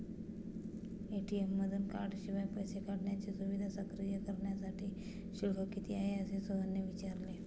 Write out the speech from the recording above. ATM मधून कार्डशिवाय पैसे काढण्याची सुविधा सक्रिय करण्यासाठी शुल्क किती आहे, असे सोहनने विचारले